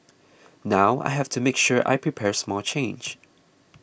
now I have to make sure I prepare small change